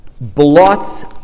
blots